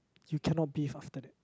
you cannot bathe after that